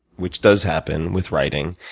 which does happen with writing,